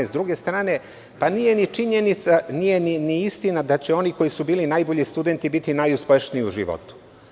S druge strane, pa nije ni činjenica, nije ni istina da će oni koji su bili najbolji studenti biti najuspešniji u životu.